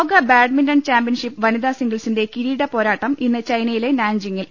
ലോക badminton championship വനിതാ സിംഗിൾസിന്റെ കിരീട പോരാട്ടം ഇന്ന് ചൈനയിലെ നാൻജിങ്ങിൽ